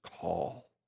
call